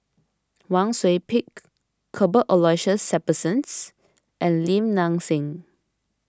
Wang Sui Pick Cuthbert Aloysius Shepherdson and Lim Nang Seng